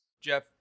Jeff